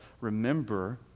remember